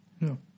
No